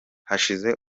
hashize